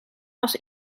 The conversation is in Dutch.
als